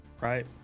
Right